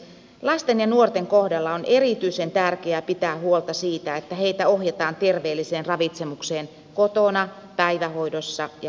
lasten ja nuorten kohdalla on erityisen tärkeää pitää huolta siitä että heitä ohjataan terveelliseen ravitsemukseen kotona päivähoidossa ja koulussa